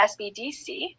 SBDC